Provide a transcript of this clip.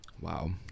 Wow